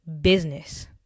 business